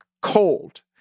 cold